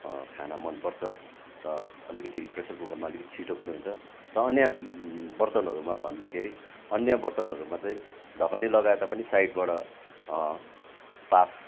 खाना मनपर्छ र अलिकति प्रेसर कुकरमा अलिकति छिटो पनि हुन्छ र अन्य बर्तनहरूमा भन्दाखेरि अन्य बर्तनहरूमा चाहिँ ढकनी लगाए तापनि साइडबाट वाफ